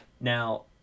Now